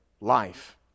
life